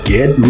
Get